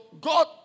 God